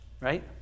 right